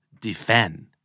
Defend